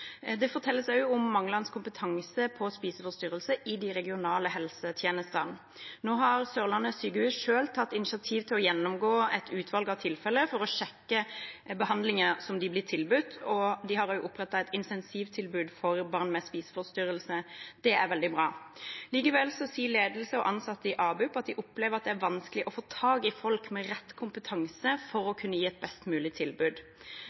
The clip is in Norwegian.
Det fortelles også om manglende kompetanse på spiseforstyrrelser i de regionale helsetjenestene. Nå har Sørlandet sykehus selv tatt initiativ til å gjennomgå et utvalg av tilfeller for å sjekke behandlinger som de blir tilbudt, og de har også opprettet et intensivtilbud for barn med spiseforstyrrelser. Det er veldig bra. Likevel sier ledelse og ansatte i ABUP at de opplever at det er vanskelig å få tak i folk med rett kompetanse for å kunne gi et best mulig tilbud.